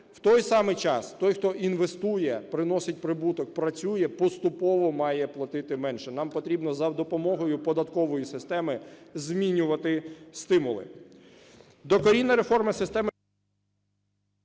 В той самий час той, хто інвестує, приносить прибуток, працює, поступово має платити менше. Нам потрібно за допомогою податкової системи змінювати стимули.